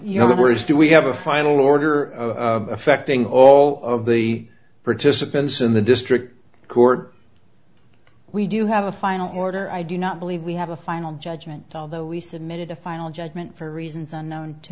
you know the word is do we have a final order affecting all of the participants in the district court we do have a final order i do not believe we have a final judgment although we submitted a final judgment for reasons unknown to